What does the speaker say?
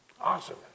Awesome